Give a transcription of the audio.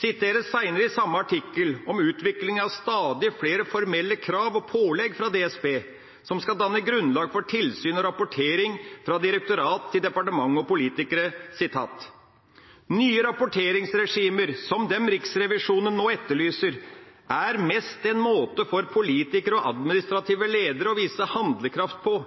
siteres seinere i samme artikkel om utvikling av stadig flere formelle krav og pålegg fra DSB som skal danne grunnlag for tilsyn og rapportering fra direktorat til departement og politikere: «Nye rapporteringsregimer som dem Riksrevisjonen nå etterlyser, er mest en måte for politikere og administrative ledere å vise handlekraft på.